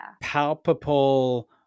palpable